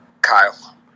Kyle